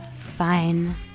Fine